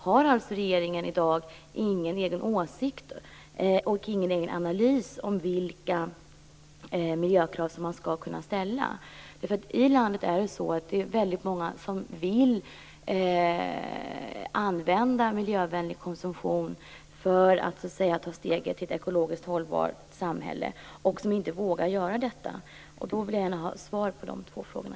Har regeringen i dag ingen egen åsikt om och ingen egen analys av vilka miljökrav som man skall kunna ställa? I landet är det många som vill ha miljövänlig konsumtion för att ta steget mot ett ekologiskt hållbart samhälle och som inte vågar göra detta. Jag vill gärna ha svar på de två frågorna.